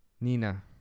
Nina